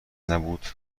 نبود